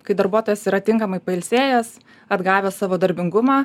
kai darbuotojas yra tinkamai pailsėjęs atgavęs savo darbingumą